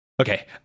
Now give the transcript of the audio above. Okay